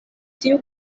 tiu